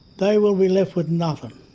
they will be left with nothing.